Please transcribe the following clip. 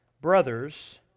brothers